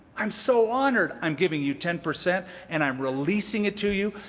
i'm so honored. i'm giving you ten percent and i'm releasing it to you.